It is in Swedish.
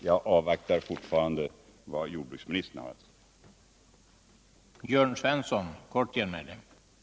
Jag avvaktar fortfarande vad jordbruksministern har att anföra.